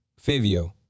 Fivio